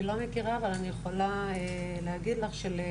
אני לא מכירה אבל אני יכולה להגיד לך שלמיטב